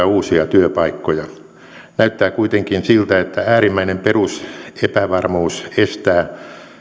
uusia työpaikkoja näyttää kuitenkin siltä että äärimmäinen perusepävarmuus estää